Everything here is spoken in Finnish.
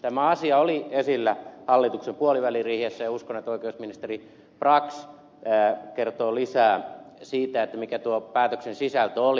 tämä asia oli esillä hallituksen puoliväliriihessä ja uskon että oikeusministeri brax kertoo lisää siitä mikä päätöksen sisältö oli